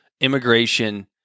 immigration